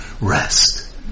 rest